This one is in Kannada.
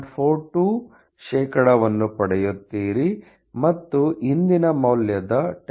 42 ಶೇಕಡಾವನ್ನು ಪಡೆಯುತ್ತಿರುವಿರಿ ಇದು ಹಿಂದಿನ ಮೌಲ್ಯದ 10